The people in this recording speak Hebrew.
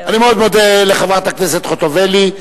אני מאוד מודה לחברת הכנסת חוטובלי.